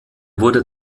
wurde